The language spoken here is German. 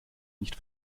nicht